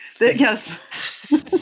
Yes